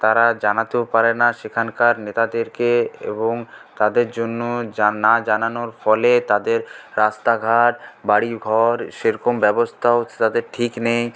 তারা জানাতেও পারে না সেখানকার নেতাদেরকে এবং তাদের জন্য না জানানোর ফলে তাদের রাস্তাঘাট বাড়িঘর সেরকম ব্যবস্থাও তাদের ঠিক নেই